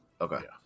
Okay